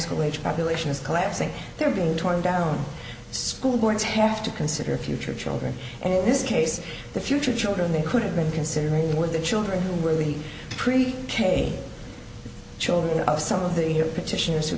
school age population is collapsing they're being torn down school boards have to consider future children and in this case the future children they could have been considering with the children who really pre k the children of some of the here petitioners who